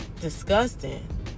disgusting